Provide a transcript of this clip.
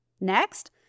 Next